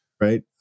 Right